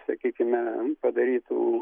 sakykime padarytų